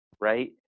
right